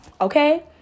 Okay